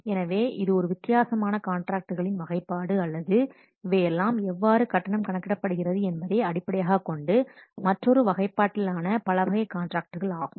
எனவே இது ஒரு வித்தியாசமான கான்ட்ராக்ட்களின் வகைப்பாடு அல்லது இவையெல்லாம் எவ்வாறு கட்டணம் கணக்கிடப்படுகிறது என்பதை அடிப்படையாக கொண்டு மற்றொரு வகைப்பாட்டிலான பலவகை கான்ட்ராக்ட்கள் ஆகும்